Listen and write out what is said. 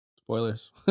spoilers